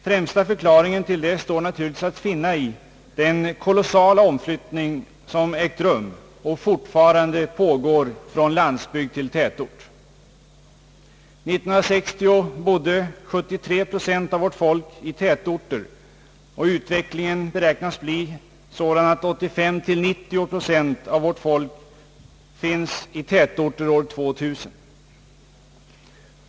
Främsta förklaringen till detta är naturligtvis den kolossala omflyttning som ägt rum och som fortfarande pågår från landsbygd till tätort. År 1960 bodde 73 procent av vårt folk i tätorter, och utvecklingen beräknas bli sådan att 85 till 90 procent av vårt folk finns i tätorter år 2 000.